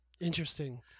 Interesting